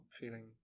feeling